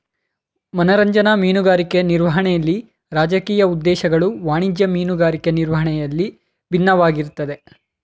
ಮನರಂಜನಾ ಮೀನುಗಾರಿಕೆ ನಿರ್ವಹಣೆಲಿ ರಾಜಕೀಯ ಉದ್ದೇಶಗಳು ವಾಣಿಜ್ಯ ಮೀನುಗಾರಿಕೆ ನಿರ್ವಹಣೆಯಲ್ಲಿ ಬಿನ್ನವಾಗಿರ್ತದೆ